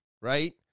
right